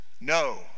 no